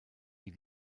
wie